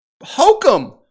hokum